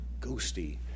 Ghosty